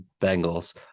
Bengals